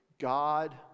God